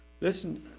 Listen